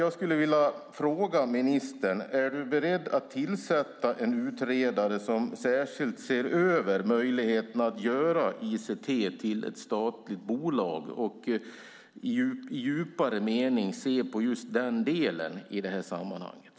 Jag skulle vilja fråga ministern om hon är beredd att tillsätta en utredare som särskilt ser över möjligheterna att göra ICT till ett statligt bolag och i djupare mening se på just den delen i det här sammanhanget.